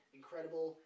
incredible